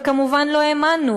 וכמובן לא האמנו,